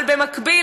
אבל במקביל,